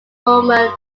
former